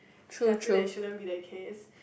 shall I feel that it shouldn't be the case